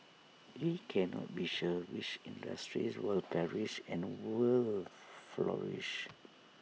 we cannot be sure which industries will perish and will flourish